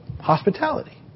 hospitality